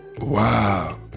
Wow